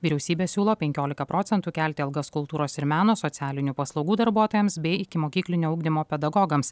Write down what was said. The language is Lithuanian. vyriausybė siūlo penkiolika procentų kelti algas kultūros ir meno socialinių paslaugų darbuotojams bei ikimokyklinio ugdymo pedagogams